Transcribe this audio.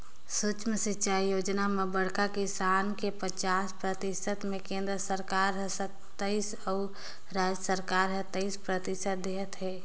सुक्ष्म सिंचई योजना म बड़खा किसान के पचास परतिसत मे केन्द्र सरकार हर सत्तइस अउ राज सरकार हर तेइस परतिसत देहत है